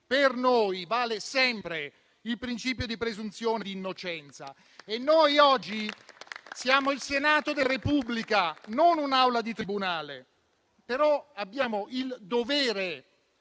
oggi, vale sempre il principio di presunzione di innocenza. Noi oggi siamo il Senato della Repubblica, non un'aula di tribunale, ma abbiamo il dovere